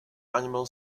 animal